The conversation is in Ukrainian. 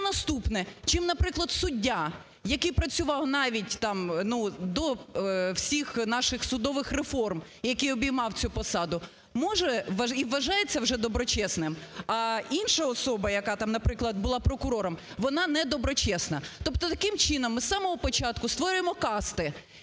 наступне. Чим, наприклад, суддя, який працював навіть там до всіх наших судових реформ, які обіймав цю посаду, може і вважає це вже доброчесним, а інша особа, яка там, наприклад, була прокурором, вона недоброчесна? Тобто, таким чином, ми з самого початку створюємо касти,